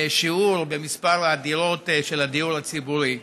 בשיעור של מספר הדירות בדיור הציבורי.